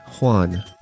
Juan